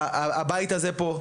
הבית הזה פה.